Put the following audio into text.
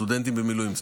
סטודנטים במילואים.